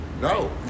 No